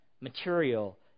material